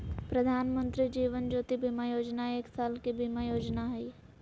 प्रधानमंत्री जीवन ज्योति बीमा योजना एक साल के बीमा योजना हइ